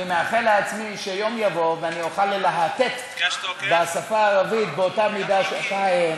אני מאחל לעצמי שיום יבוא ואני אוכל ללהטט בשפה הערבית באותה מידה שאתה,